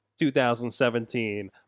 2017